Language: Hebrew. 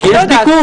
לא יודעת.